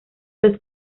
los